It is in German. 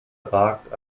ragt